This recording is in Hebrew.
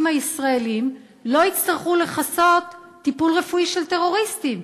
הישראלים לא יצטרכו לכסות טיפול רפואי של טרוריסטים,